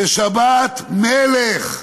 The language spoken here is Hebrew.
בשבת: מלך.